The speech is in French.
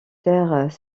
terres